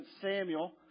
Samuel